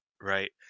Right